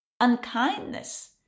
unkindness